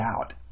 out